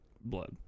blood